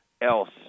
else –